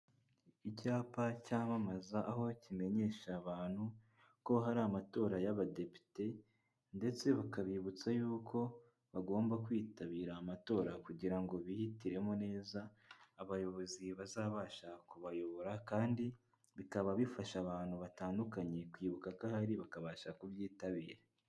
Icyapa cyamamaza aho kimenyesha abantu ko hari amatora y'abadepite ndetse bakabibutsa yuko bagomba kwitabira amatora kugira ngo bihitiremo neza abayobozi bazabasha kubayobora kandi bikaba bifasha abantu batandukanye kwibuka ko ahari bakabasha kubyitabira.